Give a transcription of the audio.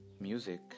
music